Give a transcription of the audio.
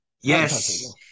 Yes